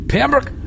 Pembroke